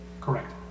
Correct